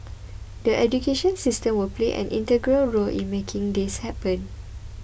the education system will play an integral role in making this happen